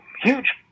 huge